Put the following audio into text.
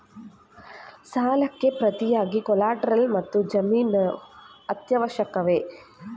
ಸಾಲಕ್ಕೆ ಪ್ರತಿಯಾಗಿ ಕೊಲ್ಯಾಟರಲ್ ಮತ್ತು ಜಾಮೀನು ಅತ್ಯವಶ್ಯಕವೇ?